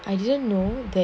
I didn't know